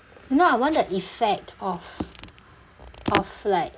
you know I want the effect of of like